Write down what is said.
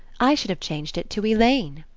i should have changed it to elaine.